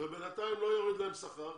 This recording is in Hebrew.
ובינתיים לא יורד להם שכר,